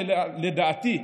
לדעתי,